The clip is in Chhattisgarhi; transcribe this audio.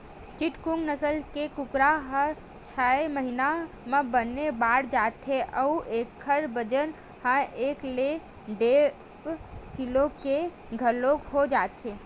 चिटगोंग नसल के कुकरा ह छय महिना म बने बाड़ जाथे अउ एखर बजन ह एक ले डेढ़ किलो के घलोक हो जाथे